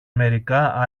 μερικά